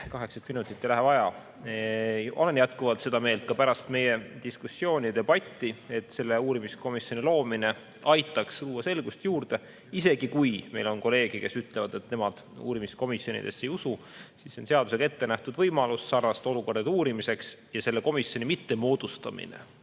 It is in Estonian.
kaheksat minutit ei lähe vaja. Olen jätkuvalt seda meelt ka pärast meie diskussiooni ja debatti, et selle uurimiskomisjoni loomine aitaks luua selgust juurde, isegi kui meil on kolleege, kes ütlevad, et nemad uurimiskomisjonidesse ei usu. See on seadusega ette nähtud võimalus sarnaste olukordade uurimiseks ja selle komisjoni moodustamata